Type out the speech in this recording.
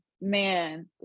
man